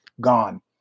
gone